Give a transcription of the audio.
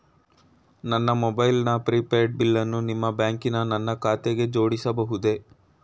ನನ್ನ mobile prepaid ಬಿಲ್ಲನ್ನು ನಿಮ್ಮ ಬ್ಯಾಂಕಿನ ನನ್ನ ಖಾತೆಗೆ ಜೋಡಿಸಬಹುದೇ?